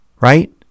right